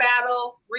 battle